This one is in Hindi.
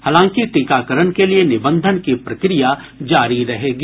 हालांकि टीकाकरण के लिए निबंधन की प्रक्रिया जारी रहेगी